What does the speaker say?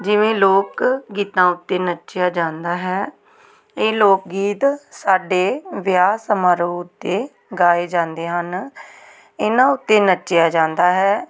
ਜਿਵੇਂ ਲੋਕ ਗੀਤਾਂ ਉੱਤੇ ਨੱਚਿਆ ਜਾਂਦਾ ਹੈ ਇਹ ਲੋਕ ਗੀਤ ਸਾਡੇ ਵਿਆਹ ਸਮਾਰੋਹ ਉੱਤੇ ਗਾਏ ਜਾਂਦੇ ਹਨ ਇਹਨਾਂ ਉੱਤੇ ਨੱਚਿਆ ਜਾਂਦਾ ਹੈ